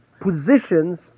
positions